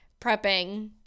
prepping